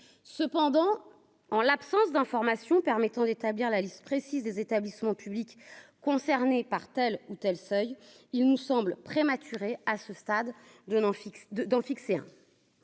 cependant, en l'absence d'informations permettant d'établir la liste précise des établissements publics concernés par telle ou telle seuil, il me semble prématuré à ce stade de en fixe de